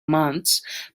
months